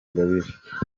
ingabire